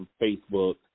Facebook